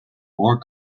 more